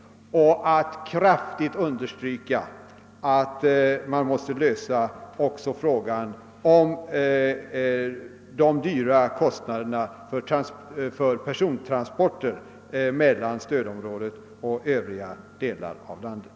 Jag vill också starkt. understryka att man måste lösa problemet med de dyra persontransporterna mellan stödområdet och övriga delar av landet.